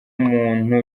umuntu